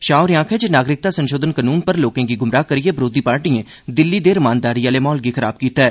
शाह होरें आखेआ जे नागरिकता संशोधन कानून पर लोकें गी गुमराह करियै बरोधी पार्टिएं दिल्ली दे रमानदारी आहुले म्हौल गी खराब कीता ऐ